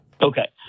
Okay